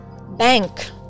bank